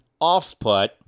offput